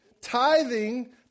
Tithing